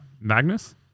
Magnus